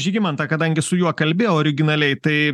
žygimantą kadangi su juo kalbėjau originaliai tai